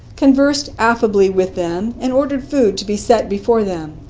conversed affably with them, and ordered food to be set before them.